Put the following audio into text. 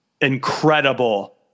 incredible